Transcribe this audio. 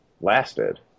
lasted